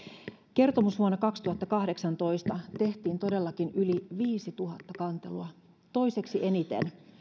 kertomusvuonna kaksituhattakahdeksantoista tehtiin todellakin yli viisituhatta kantelua toiseksi eniten